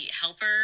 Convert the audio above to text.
helper